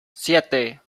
siete